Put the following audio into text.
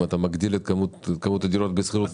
אתה מגדיל את כמות הדירות בשכירות מופחתת?